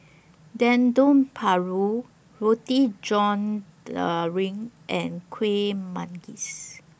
Dendeng Paru Roti John Daring and Kuih Manggis